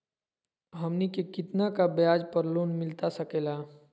हमनी के कितना का ब्याज पर लोन मिलता सकेला?